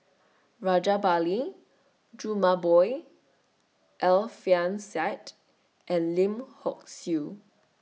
Rajabali Jumabhoy Alfian Sa'at and Lim Hock Siew